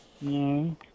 No